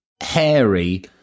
hairy